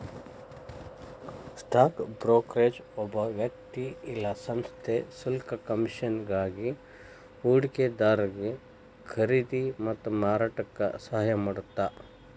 stock brokerage ಒಬ್ಬ ವ್ಯಕ್ತಿ ಇಲ್ಲಾ ಸಂಸ್ಥೆ ಶುಲ್ಕ ಕಮಿಷನ್ಗಾಗಿ ಹೂಡಿಕೆದಾರಿಗಿ ಖರೇದಿ ಮತ್ತ ಮಾರಾಟಕ್ಕ ಸಹಾಯ ಮಾಡತ್ತ